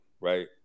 right